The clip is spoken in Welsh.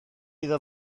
iddo